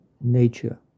nature